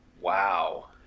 wow